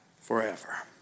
forever